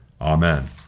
Amen